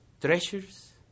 treasures